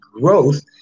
growth